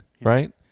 right